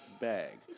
bag